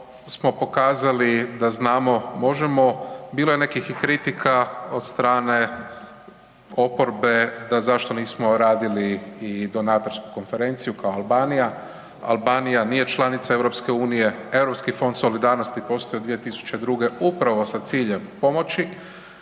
smo pokazali da znamo, možemo. Bilo je i nekih kritika od strane oporbe da zašto nismo radili i donatorsku konferenciju kao Albanija, Albanija nije članica EU, Europski fond solidarnosti od 2002. upravo sa ciljem pomoći,